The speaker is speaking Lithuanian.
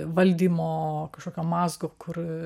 valdymo kažkokio mazgo kur